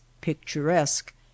picturesque